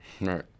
Right